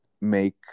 make